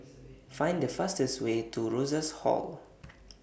Find The fastest Way to Rosas Hall